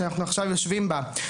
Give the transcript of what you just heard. שעכשיו אנחנו יושבים בה.